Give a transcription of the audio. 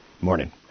Morning